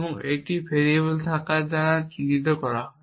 এবং এটি ভেরিয়েবল থাকার দ্বারা চিহ্নিত করা হয়